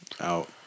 out